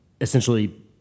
essentially